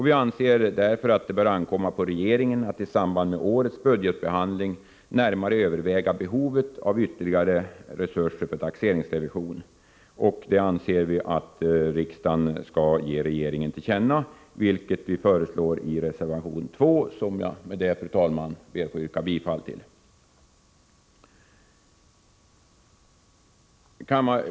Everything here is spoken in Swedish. Vi anser därför att det bör ankomma på regeringen att i samband med årets budgetbehandling närmare överväga behovet av ytterligare resurser för taxeringsrevision. Det anser vi att riksdagen skall ge regeringen till känna, vilket vi föreslår i reservation nr 2, som jag med detta, fru talman, ber att få yrka bifall till.